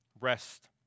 rest